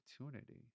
opportunity